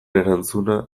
erantzuna